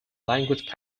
language